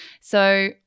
So-